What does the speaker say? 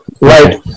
right